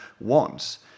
wants